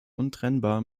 untrennbar